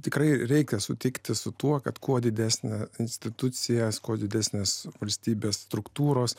tikrai reikia sutikti su tuo kad kuo didesnė institucijas kuo didesnės valstybės struktūros